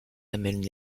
amène